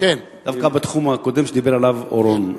דווקא בתחום שקודם דיבר עליו אורון.